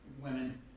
women